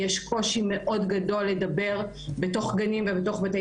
יש קושי מאוד גדול לדבר בתוך גנים ובתוך בתי